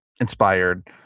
inspired